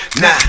nah